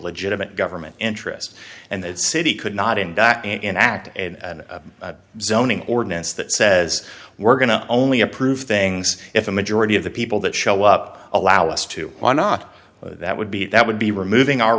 legitimate government interest and that city could not indict and act zoning ordinance that says we're going to only approve things if a majority of the people that show up allow us to why not that would be that would be removing our